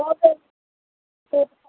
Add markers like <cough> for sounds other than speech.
तो तर <unintelligible>